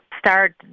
start